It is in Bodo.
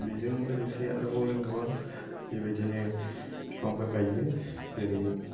बेजों लोगोसे आरोबाव जों गोबां बेबायदिनो फिफांफोर गायो जेरै